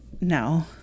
No